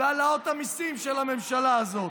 והעלאות המיסים של הממשלה הזאת,